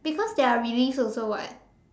because they are released also [what]